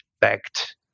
backed